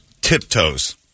tiptoes